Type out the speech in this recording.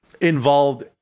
involved